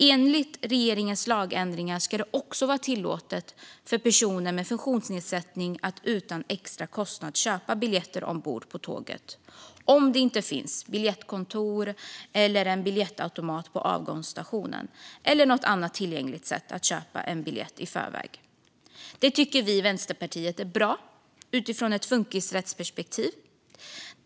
Enligt regeringens lagändringar ska det också vara tillåtet för personer med funktionsnedsättning att utan extra kostnad köpa biljetter ombord på tåget om det inte finns biljettkontor, en biljettautomat på avgångsstationen eller något annat tillgängligt sätt att köpa en biljett i förväg. Det tycker vi i Vänsterpartiet är bra utifrån ett funkisrättsperspektiv.